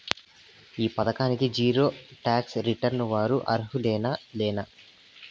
ఈ పథకానికి zero tax returns వారు అర్హులేనా లేనా?